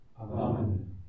Amen